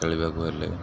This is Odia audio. ଖେଳିବାକୁ ହେଲେ